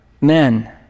men